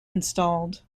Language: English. installed